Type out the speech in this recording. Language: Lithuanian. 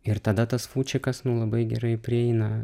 ir tada tas fūčikas nu labai gerai prieina